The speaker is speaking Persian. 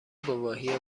گواهی